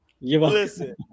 Listen